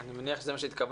אני מניח שזה מה שהתכוונת.